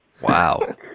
Wow